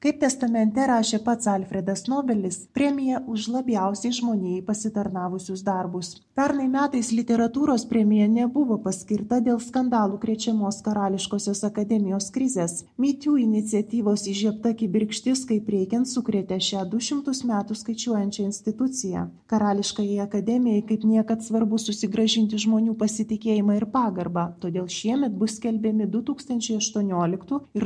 kaip testamente rašė pats alfredas nobelis premiją už labiausiai žmonijai pasitarnavusius darbus pernai metais literatūros premija nebuvo paskirta dėl skandalų krečiamos karališkosios akademijos krizės my tiu iniciatyvos įžiebta kibirkštis kaip reikiant sukrėtė šią du šimtus metų skaičiuojančią instituciją karališkajai akademijai kaip niekad svarbu susigrąžinti žmonių pasitikėjimą ir pagarbą todėl šiemet bus skelbiami du tūkstančiai aštuonioliktų ir